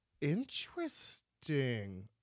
Interesting